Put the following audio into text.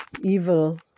evil